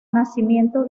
nacimiento